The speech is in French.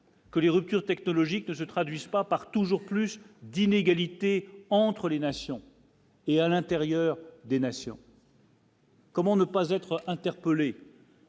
Que les ruptures technologiques ne se traduise pas par toujours plus d'inégalités entre les nations. Et à l'intérieur des nations. Comment ne pas être interpellé.